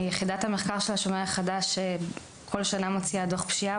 יחידת המחקר של ׳השומר החדש׳ מוציאה דו״ח פשיעה מידי שנה,